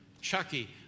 Chucky